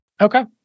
okay